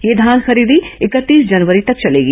यह धान खरीदी इकतीस जनवरी तक चलेगी